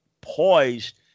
poised